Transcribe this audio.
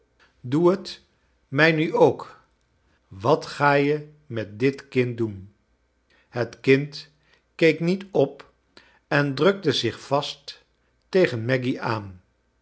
doe het mij nu ook wat ga je met dit kind doen het kind keek niet op en drukte zich vast tegen maggy aan